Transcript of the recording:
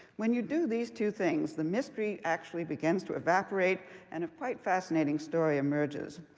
when you do these two things, the mystery actually begins to evaporate and a quite fascinating story emerges.